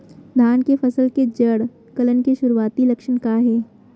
धान के फसल के जड़ गलन के शुरुआती लक्षण का हे?